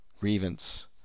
grievance